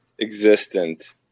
existent